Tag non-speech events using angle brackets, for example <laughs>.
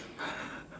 <laughs>